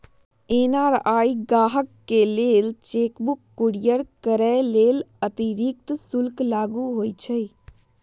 NRI गाहकके लेल cheque book courier करय लेल अतिरिक्त शुल्क लागू होइ छइ